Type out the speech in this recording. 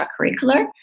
extracurricular